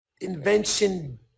invention